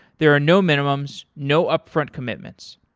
there are no minimums, no upfront commitments.